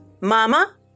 Mama